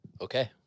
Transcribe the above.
Okay